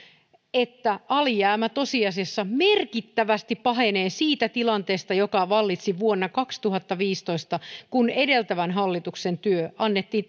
että alijäämä tosiasiassa merkittävästi pahenee siitä tilanteesta joka vallitsi vuonna kaksituhattaviisitoista kun edeltävän hallituksen työ annettiin